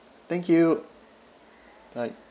thank you bye